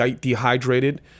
dehydrated